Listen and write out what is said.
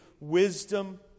wisdom